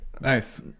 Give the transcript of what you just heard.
Nice